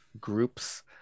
groups